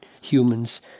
humans